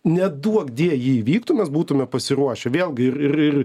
neduokdie įvyktų mes būtume pasiruošę vėlgi ir ir ir